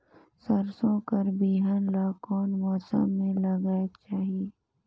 सरसो कर बिहान ला कोन मौसम मे लगायेक चाही?